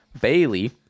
Bailey